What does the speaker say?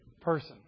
person